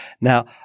Now